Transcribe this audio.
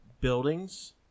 buildings